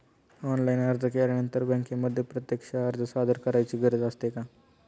Online अर्ज केल्यानंतर बँकेमध्ये प्रत्यक्ष अर्ज सादर करायची गरज असते का?